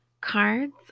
cards